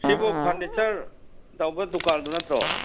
ꯁꯤꯕꯨ ꯐꯔꯅꯤꯆꯔ ꯇꯧꯕ ꯗꯨꯀꯥꯟꯗꯨ ꯅꯠꯇ꯭ꯔꯣ